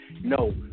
No